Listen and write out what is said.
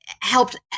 helped